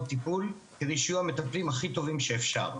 טיפול כדי שיהיו המטפלים הכי טובים שאפשר.